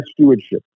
stewardship